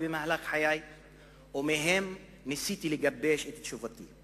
במהלך חיי ומהן ניסיתי לגבש את תשובתי.